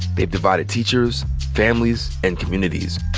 it divided teachers, families, and communities.